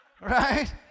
Right